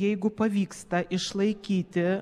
jeigu pavyksta išlaikyti